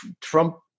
Trump